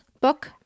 book